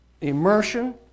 immersion